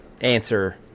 answer